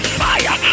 fire